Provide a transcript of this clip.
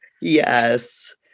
yes